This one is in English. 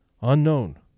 Unknown